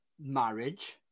marriage